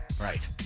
Right